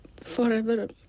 forever